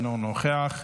אינו נוכח,